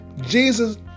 Jesus